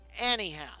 Anyhow